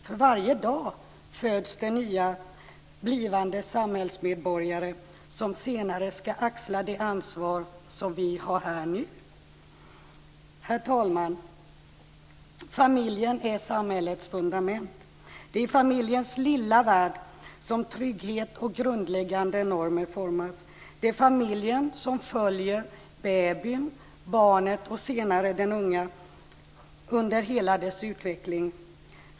För varje dag föds det nya blivande samhällsmedborgare som senare ska axla det ansvar som vi har nu. Herr talman! Familjen är samhällets fundament. Det är i familjens lilla värld som trygghet och grundläggande normer formas. Det är familjen som följer babyn, barnet och senare den unga människan under hela hennes utveckling.